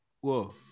whoa